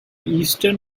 eastern